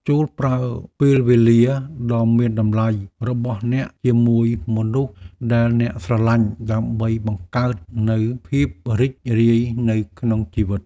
ចូរប្រើប្រាស់ពេលវេលាដ៏មានតម្លៃរបស់អ្នកជាមួយមនុស្សដែលអ្នកស្រឡាញ់ដើម្បីបង្កើតនូវភាពរីករាយនៅក្នុងជីវិត។